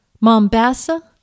Mombasa